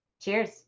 Cheers